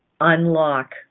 unlock